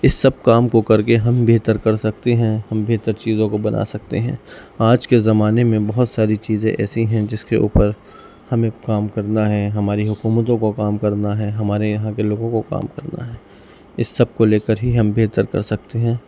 اس سب کام کو کر کے ہم بہتر کر سکتے ہیں ہم بہتر چیزوں کو بنا سکتے ہیں آج کے زمانے میں بہت ساری چیزیں ایسی ہیں جس کے اوپر ہمیں کام کرنا ہے ہماری حکومتوں کو کام کرنا ہے ہمارے یہاں کے لوگوں کو کام کرنا ہے اس سب کو لے کر ہی ہم بہتر کر سکتے ہیں